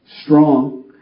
strong